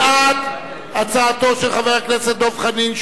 בעד הצעתו של חבר הכנסת דב חנין,